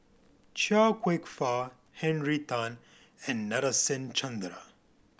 Chia Kwek Fah Henry Tan and Nadasen Chandra